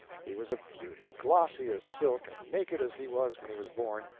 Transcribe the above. he was a beauty, glossy as silk, and naked as he was when he was born,